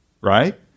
Right